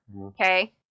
Okay